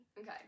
Okay